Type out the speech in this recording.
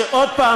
שעוד פעם,